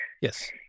Yes